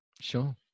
Sure